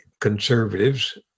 conservatives